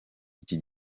iki